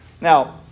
Now